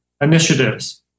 initiatives